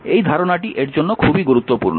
এই ধারণাটি এর জন্য খুবই গুরুত্বপূর্ণ